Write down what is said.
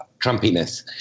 Trumpiness